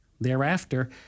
thereafter